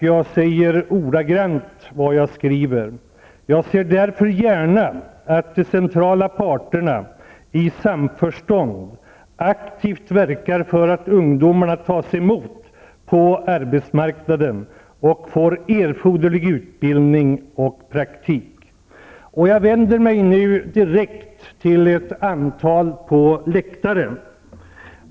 Jag ser därför gärna att de centrala parterna i samförstånd aktivt verkar för att ungdomarna tas emot på arbetsmarknaden och får erforderlig utbildning och praktik. Jag vänder mig nu direkt till ett antal åhörare på läktaren.